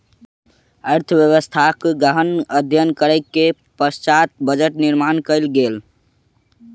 अर्थव्यवस्थाक गहन अध्ययन करै के पश्चात बजट निर्माण कयल गेल